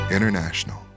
International